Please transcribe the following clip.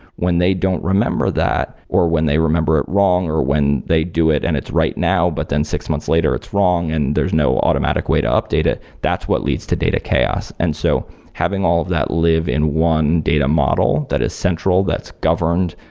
when they don't remember that, or when they remember it wrong, or when they do it and it's right now, but then six months later it's wrong and there's no automatic way to update it, that's what leads to data chaos. and so having all that live in one data model that is central that's governed,